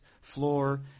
floor